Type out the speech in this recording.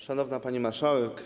Szanowna Pani Marszałek!